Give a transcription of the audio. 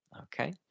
Okay